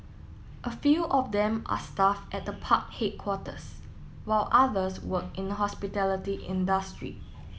a few of them are staff at the park headquarters while others work in the hospitality industry